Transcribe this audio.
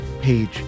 page